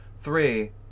Three